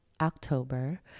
october